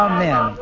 Amen